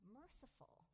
merciful